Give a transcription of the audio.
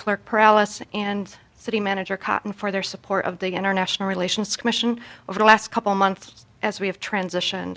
clerk paralysing and city manager cotton for their support of the international relations commission over the last couple months as we have transitioned